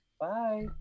Bye